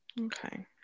Okay